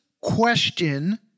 question